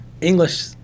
English